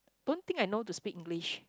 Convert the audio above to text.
don't think I know how to speak English